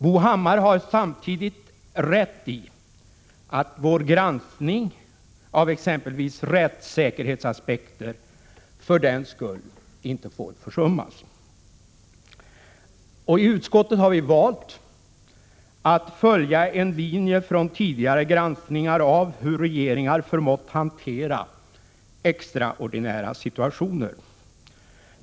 Bo Hammar har samtidigt rätt i att vår granskning av exempelvis rättssäkerhetsaspekter för den skull inte får försummas. I utskottet har vi valt att följa en linje från tidigare granskningar av hur regeringar förmått hantera extraordinära situationer.